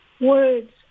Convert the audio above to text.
words